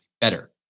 better